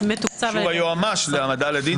אישור היועץ המשפטי להעמדה לדין.